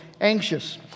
anxious